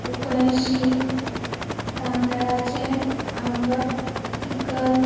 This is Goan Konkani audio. उकडें शीत तांदळाचें आंबट तिकत